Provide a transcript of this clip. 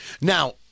Now